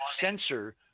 sensor